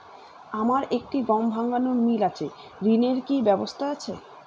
আমার একটি গম ভাঙানোর মিল আছে ঋণের কি ব্যবস্থা আছে?